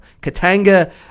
Katanga